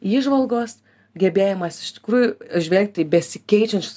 įžvalgos gebėjimas iš tikrųjų žvelgti į besikeičiančius